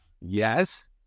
yes